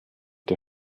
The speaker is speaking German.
der